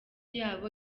yabo